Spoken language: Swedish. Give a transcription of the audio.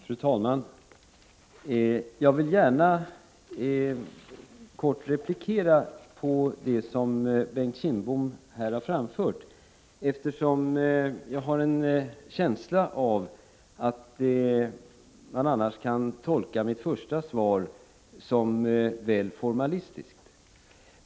Fru talman! Jag vill gärna kort replikera på det som Bengt Kindbom här har framfört, eftersom jag har en känsla av att man annars kan tolka mitt första svar som väl formalistiskt.